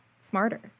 smarter